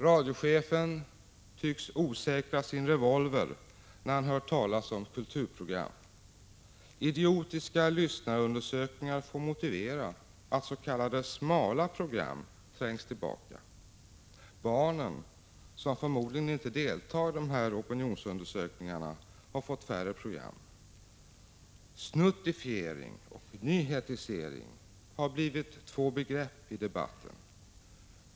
Radiochefen tycks osäkra sin revolver när han hör talas om kulturprogram. Idiotiska lyssnarundersökningar får motivera att s.k. smala program trängs tillbaka. Barnen, som förmodligen inte deltar i de här opinionsundersökningarna, har fått färre program. ”Snuttifiering” och ”nyhetisering” har blivit två begrepp i debatten.